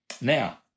Now